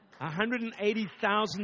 180,000